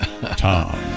tom